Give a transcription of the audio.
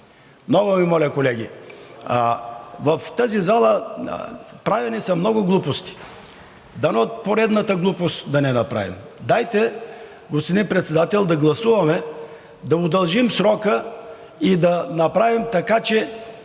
Много Ви моля, колеги. В тази зала, правени са много глупости, дано поредната глупост да не направим. Дайте, господин Председател, да гласуваме, да удължим срока и да направим така, че,